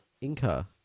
Inca